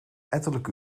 ettelijke